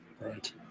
Right